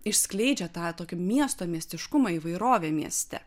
išskleidžia tą tokį miesto miestiškumą įvairovė mieste